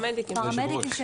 אני אגיד את העמדה הרפואית,